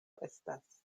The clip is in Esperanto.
estas